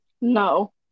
no